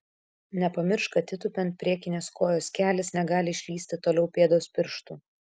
nepamiršk kad įtūpiant priekinės kojos kelis negali išlįsti toliau pėdos pirštų